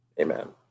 Amen